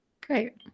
Great